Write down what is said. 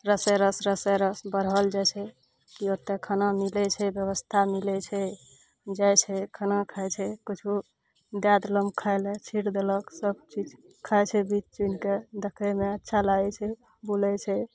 रसे रस रसे रस बढ़ल जाइ छै कि ओत्तए खाना मिलै छै व्यवस्था मिलै छै जाइ छै खाना खाइ छै किछु दए देलहुॅं खायलए छीट देलक सब चीज खाइ छै बीछ चुनिके देखैमे अच्छा लागै छै बुलै छै